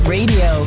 Radio